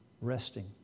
resting